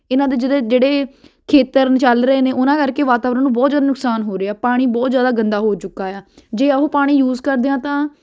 ਇਹਨਾਂ ਦੇ ਜੇਰੇ ਜਿਹੜੇ ਖੇਤਰ ਚੱਲ ਰਹੇ ਨੇ ਉਹਨਾਂ ਕਰਕੇ ਵਾਤਾਵਰਨ ਨੂੰ ਬਹੁਤ ਜ਼ਿਆਦਾ ਨੁਕਸਾਨ ਹੋ ਰਿਹਾ ਪਾਣੀ ਬਹੁਤ ਜ਼ਿਆਦਾ ਗੰਦਾ ਹੋ ਚੁੱਕਾ ਆ ਜੇ ਉਹ ਪਾਣੀ ਯੂਸ ਕਰਦੇ ਹਾਂ ਤਾਂ